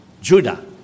Judah